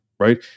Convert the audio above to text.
right